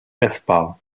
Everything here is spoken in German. essbar